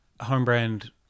Home-brand